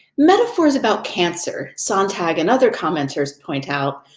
metaphors about cancer, sontag and other commentators point out,